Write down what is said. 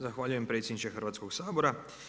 Zahvaljujem predsjedniče Hrvatskog sabora.